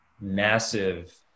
massive